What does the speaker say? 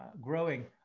growing